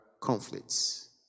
conflicts